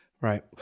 right